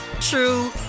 true